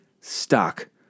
stuck